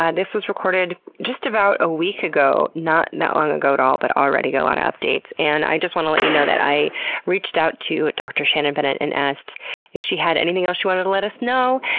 and this was recorded just about a week ago, not that long ago at all, but already a lot of updates. and i just want to let you know that i reached out to dr. shannon bennett and asked if she had anything else she wanted to let us know,